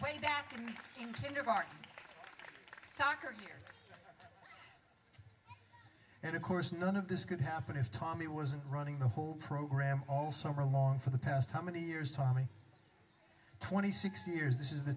playing back at me in kindergarten soccer here and of course none of this could happen if tommy wasn't running the whole program all summer long for the past how many years tommy twenty six years this is the